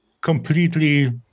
completely